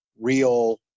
real